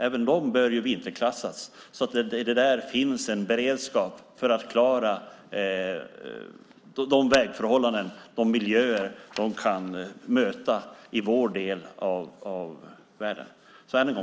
Även de bör vinterklassas, så att det där finns en beredskap för att klara de vägförhållanden och de miljöer de kan möta i vår del av världen.